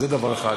זה דבר אחד.